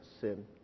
sin